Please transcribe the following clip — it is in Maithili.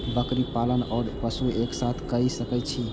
बकरी पालन ओर पशु एक साथ कई सके छी?